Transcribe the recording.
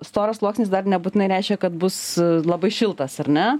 storas sluoksnis dar nebūtinai reiškia kad bus labai šiltas ar ne